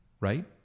right